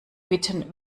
bitten